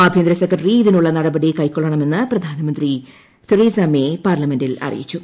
ആഭ്യന്തര സെക്രട്ടറി ഇതിനുള്ള നടപടി കൈക്കൊള്ളണമെന്ന് പ്രധാനമന്ത്രി തെരേസാ മേ പാർലമെന്റിൽ അറിയിച്ചു